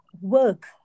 work